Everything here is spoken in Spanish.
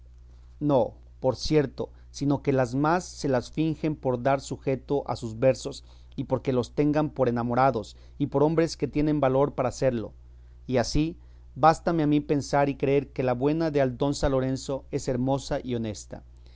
no por cierto sino que las más se las fingen por dar subjeto a sus versos y porque los tengan por enamorados y por hombres que tienen valor para serlo y así bástame a mí pensar y creer que la buena de aldonza lorenzo es hermosa y honesta